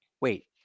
wait